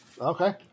Okay